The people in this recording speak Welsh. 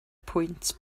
pwynt